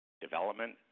development